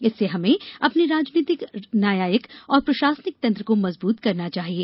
इससे हमें अपने राजनैतिक न्यायिक और प्रशासनिक तंत्र को मजबूत करना चाहिए